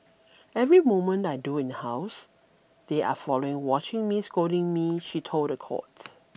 every moment I do in house they are following watching me scolding me she told the court